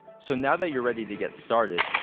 so, now that you're ready to get started,